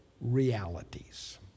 realities